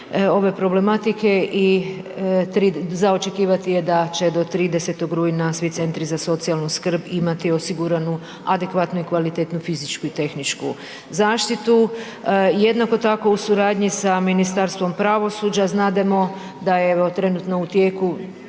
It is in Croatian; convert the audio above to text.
ove problematike i za očekivati je da će do 30. rujna svi centri za socijalnu skrb imati osiguranu adekvatnu i kvalitetnu fizičku i tehničku zaštitu. Jednako tako, u suradnji sa Ministarstvom pravosuđa, znademo da je u trenutno u tijeku,